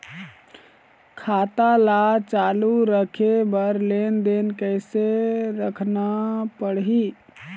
खाता ला चालू रखे बर लेनदेन कैसे रखना पड़ही?